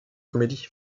comédie